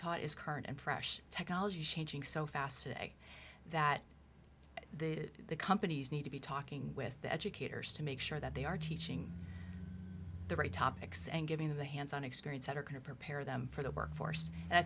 taught is current and fresh technology is changing so fast today that the companies need to be talking with the educators to make sure that they are teaching the right topics and giving them a hands on experience that are going to prepare them for the workforce and i